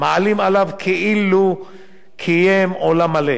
מעלים עליו כאילו קיים עולם מלא".